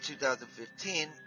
2015